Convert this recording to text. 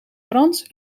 frans